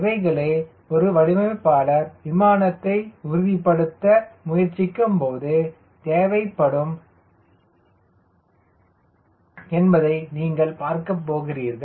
இவைகளையே ஒரு வடிவமைப்பாளர் விமானத்தை உறுதிப்படுத்த முயற்சிக்கும்போது தேவைப்படும் என்பதை நீங்கள் பார்க்கப் போகிறீர்கள்